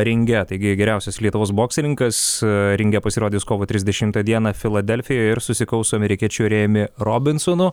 ringe taigi geriausias lietuvos boksininkas ringe pasirodys kovo trisdešimtą dieną filadelfijoj ir susikaus su amerikiečiu rėjumi robinsonu